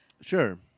Sure